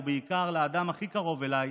ובעיקר לאדם הכי קרוב אליי,